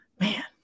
Man